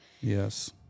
Yes